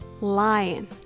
Lion